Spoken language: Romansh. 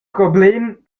problem